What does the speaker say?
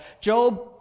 Job